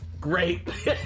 Great